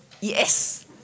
Yes